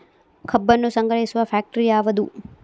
ಕಬ್ಬನ್ನು ಸಂಗ್ರಹಿಸುವ ಫ್ಯಾಕ್ಟರಿ ಯಾವದು?